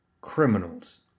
criminals